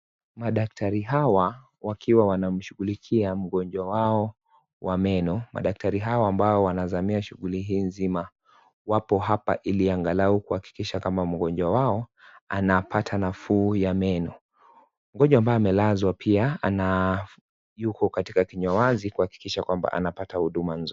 Madktari hawa wakiwa wanamshugulikia mgonjwa wao wa meno madktari hawa ambao wanazamia shughuli hii nzima wapo hapa ili angalau kuhakikisha kama mgonjwa wao anapata nafuu ya meno kwa hiyo jamaa amelazwa pia yuko katika kinywa wazi kuhakikisha kwamba amepata huduma nzuri.